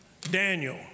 Daniel